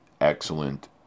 Excellent